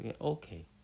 okay